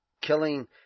killing